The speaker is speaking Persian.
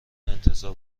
انتظار